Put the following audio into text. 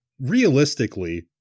realistically